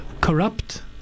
corrupt